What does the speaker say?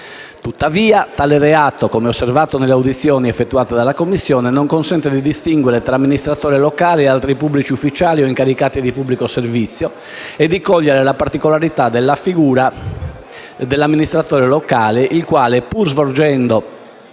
tuttavia, come osservato nelle audizioni effettuate dalla Commissione, non consente di distinguere tra amministratore locale e altri pubblici ufficiali o incaricati di pubblico servizio e di cogliere la particolarità della figura dell'amministratore locale il quale, pur svolgendo